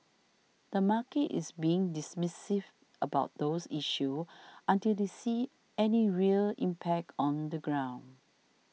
the market is being dismissive about those issues until they see any real impact on the ground